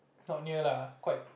not near lah quite